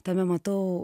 tame matau